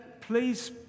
please